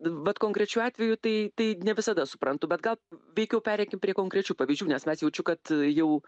vat konkrečiu atveju tai tai ne visada suprantu bet gal veikiau pereikim prie konkrečių pavyzdžių nes mes jaučiu kad jau